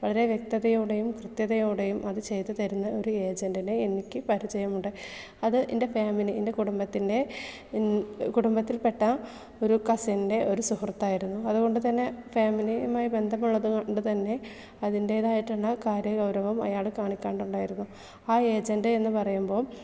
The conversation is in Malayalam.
വളരെ വ്യക്തതയോടെയും കൃത്യതയോടെയും അത് ചെയ്തു തരുന്ന ഒരു ഏജന്റിനെ എനിക്ക് പരിചയമുണ്ട് അത് എൻ്റെ ഫാമിലി എൻ്റെ കുടുംബത്തിൻ്റെ കുടുംബത്തിൽപ്പെട്ട ഒരു കസിന്റെ ഒരു സുഹൃത്തായിരുന്നു അതുകൊണ്ട് തന്നെ ഫാമിലിയുമായി ബന്ധമുള്ളത് കൊണ്ട് തന്നെ അതിന്റേതായിട്ടുള്ള കാര്യഗൗരവം അയാൾ കാണിക്കാണ്ട് ഉണ്ടായിരുന്നു ആ ഏജന്റ് എന്ന് പറയുമ്പോൾ